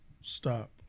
Stop